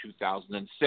2006